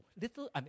Little